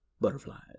butterflies